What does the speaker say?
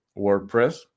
WordPress